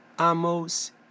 Amos